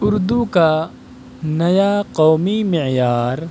اردو کا نیا قومی معیار